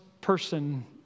person